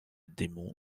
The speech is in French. démo